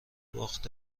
باخت